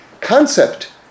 concept